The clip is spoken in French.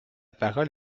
parole